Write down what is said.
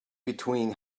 between